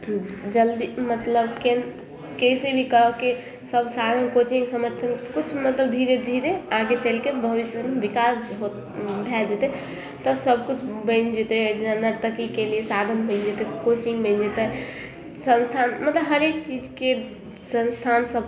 जल्दी मतलब केन कइसे भी कऽ कऽ सभ साधन कोचिंग समर्थन करथिन किछु मतलब धीरे धीरे आगे चलि कऽ भविष्यमे विकास हो भए जेतै तऽ सभकिछु बनि जेतै जेना नर्तकीके लिए साधन बनि जेतै कोचिंग बनि जेतै संस्थान मतलब हरेक चीजके संस्थान सभ